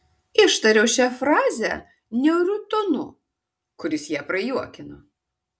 ištariau šią frazę niauriu tonu kuris ją prajuokino